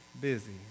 busy